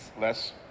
Less